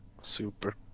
Super